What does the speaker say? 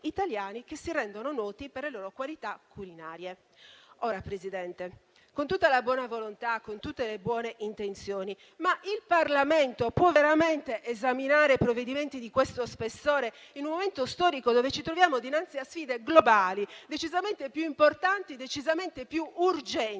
che si rendono noti per le loro qualità culinarie. Ora, Presidente, con tutta la buona volontà e con tutte le buone intenzioni, il Parlamento può veramente esaminare provvedimenti di questo spessore, in un momento storico in cui ci troviamo dinanzi a sfide globali decisamente più importanti e decisamente più urgenti?